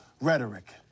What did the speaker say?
rhetoric